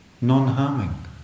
non-harming